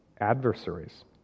adversaries